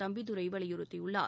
தம்பிதுரை வலியுறுத்தியுள்ளார்